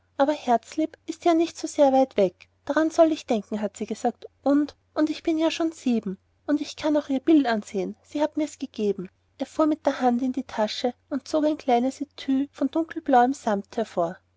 aber herzlieb ist ja nicht so sehr weit weg daran soll ich denken hat sie gesagt und und ich bin ja schon sieben und ich kann auch ihr bild ansehen sie hat mir's gegeben er fuhr mit der hand in die tasche und zog ein kleines etui von dunkelblauem samt hervor